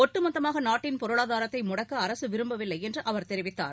ஒட்டுமொத்தமாக நாட்டின் பொருளாதாரத்தை முடக்க அரசு விரும்பவில்லை என்று அவர் தெரிவித்தார்